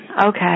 Okay